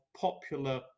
popular